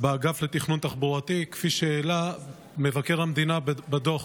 באגף לתכנון תחבורתי, כפי שהעלה מבקר המדינה בדוח